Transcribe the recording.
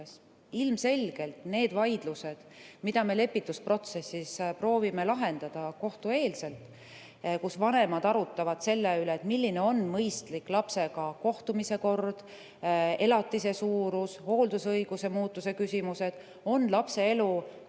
Ilmselgelt need vaidlused, mida me lepitusprotsessis proovime lahendada kohtueelselt, kus vanemad arutavad selle üle, milline on mõistlik lapsega kohtumise kord, elatise suurus, hooldusõiguse muutuse küsimused, on lapse elu